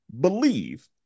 believe